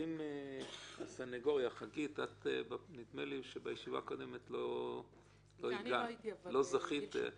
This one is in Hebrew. חגית, מהסנגוריה הציבורית, לא זכית לדבר.